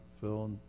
Phil